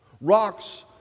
Rocks